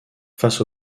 face